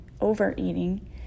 overeating